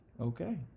Okay